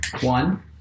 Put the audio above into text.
one